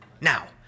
Now